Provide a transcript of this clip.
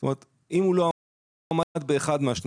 זאת אומרת אם הוא לא עמד באחד מהשניים,